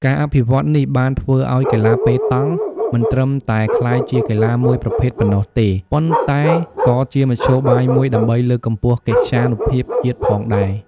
ការអភិវឌ្ឍន៍នេះបានធ្វើឱ្យកីឡាប៉េតង់មិនត្រឹមតែក្លាយជាកីឡាមួយប្រភេទប៉ុណ្ណោះទេ ប៉ុន្តែក៏ជាមធ្យោបាយមួយដើម្បីលើកកម្ពស់កិត្យានុភាពជាតិផងដែរ។